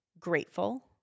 grateful